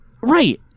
Right